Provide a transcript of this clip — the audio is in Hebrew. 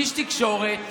איש תקשורת,